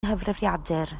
nghyfrifiadur